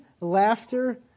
laughter